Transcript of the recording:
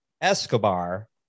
Escobar